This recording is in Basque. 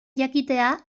jakitea